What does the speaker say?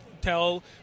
tell